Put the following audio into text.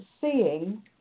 seeing